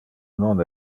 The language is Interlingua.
non